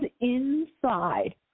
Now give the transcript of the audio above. inside